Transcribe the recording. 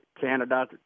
Canada